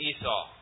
Esau